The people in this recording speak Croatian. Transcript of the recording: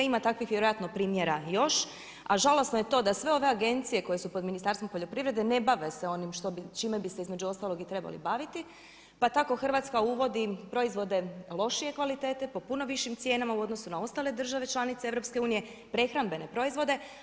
Ima takvih vjerojatno primjera još, a žalosno je to da sve ove agencije koje su pod Ministarstvom poljoprivrede ne bave se onim s čime bi se između ostalog trebali baviti pa tako Hrvatska uvodi proizvode lošije kvalitete, po puno višim cijenama u odnosu na ostale države članice EU, prehrambene proizvode.